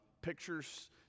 pictures